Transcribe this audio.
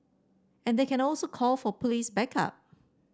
and they can also call for police backup